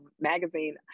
magazine